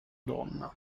donna